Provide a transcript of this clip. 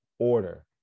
Order